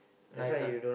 nice ah